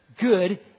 good